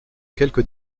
quelques